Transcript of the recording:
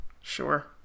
Sure